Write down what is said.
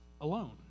alone